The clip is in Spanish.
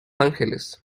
ángeles